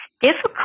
difficult